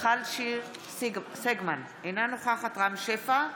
מיכל שיר סגמן, אינה נוכחת רם שפע,